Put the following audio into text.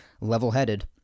level-headed